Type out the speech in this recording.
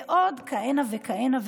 ועוד כהנה וכהנה.